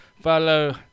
Follow